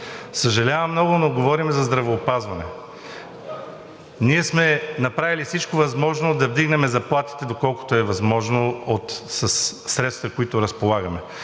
Съжалявам много, но говорим за здравеопазване. Ние сме направили всичко възможно да вдигнем заплатите, доколкото е възможно със средствата, с които разполагаме,